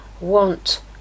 want